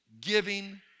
giving